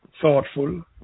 thoughtful